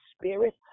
spirit